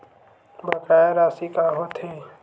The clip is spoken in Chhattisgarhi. बकाया राशि का होथे?